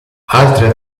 altre